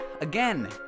again